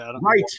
Right